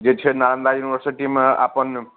जे छै नानन्दा यूनिवर्सिटीमे अपन